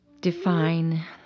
define